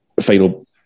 final